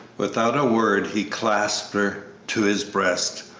without a word he clasped her to his breast,